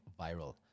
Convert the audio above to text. viral